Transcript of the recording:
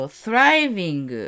thriving